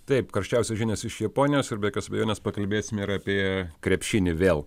taip karščiausios žinios iš japonijos ir be jokios abejonės pakalbėsim ir apie krepšinį vėl